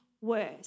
worse